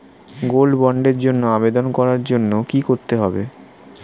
Gold বন্ডের জন্য আবেদন করার জন্য কি করতে হবে?